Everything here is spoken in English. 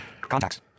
Contacts